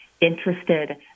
interested